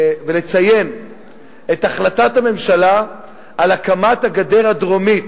לציין את החלטת הממשלה על הקמת הגדר הדרומית,